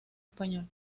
español